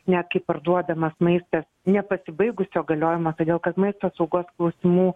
net kaip parduodamas maistas nepasibaigusio galiojimo todėl kad maisto saugos klausimų